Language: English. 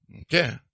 Okay